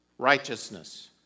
Righteousness